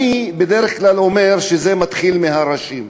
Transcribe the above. אני בדרך כלל אומר שזה מתחיל מהראשים.